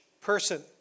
person